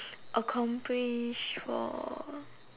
accomplished for